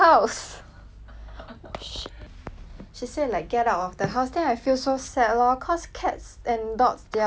she say like get out of the house then I feel so sad lor cause cats and dogs they're both so like cute 可爱